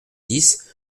dix